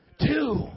Two